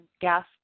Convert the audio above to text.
gas